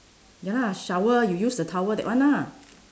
ya lah shower you use the towel that one ah